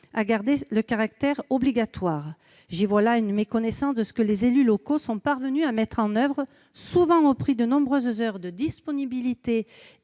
conserver un caractère obligatoire. J'y vois une méconnaissance de ce que les élus locaux sont parvenus à mettre en oeuvre, souvent au prix de nombreuses heures de disponibilité